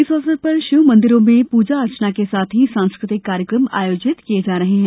इस अवसर पर शिव मंदिरों में पूजा अर्चना के साथ ही सांस्कृतिक कार्यक्रम आयोजित किये जा रहे हैं